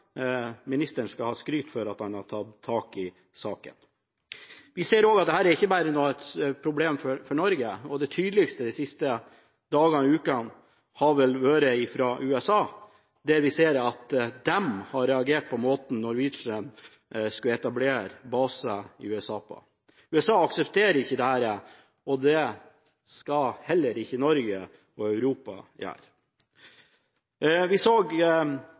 ha skryt for at han har tatt tak i saken. Vi ser også at dette nå ikke bare er et problem for Norge. Det tydeligste de siste dagene og ukene har vel kommet fra USA, der vi ser at de har reagert på måten Norwegian skulle etablere base i USA på. USA aksepterer ikke dette, og det skal heller ikke Norge og Europa